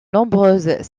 nombreuses